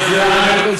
הוא,